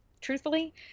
truthfully